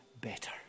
better